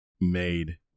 made